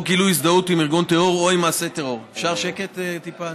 גילוי הזדהות עם ארגון טרור או עם מעשה טרור אפשר שקט טיפה?